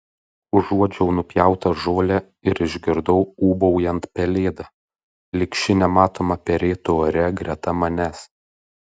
užuodžiau nupjautą žolę ir išgirdau ūbaujant pelėdą lyg ši nematoma perėtų ore greta manęs